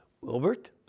Wilbert